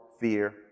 fear